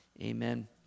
amen